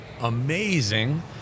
amazing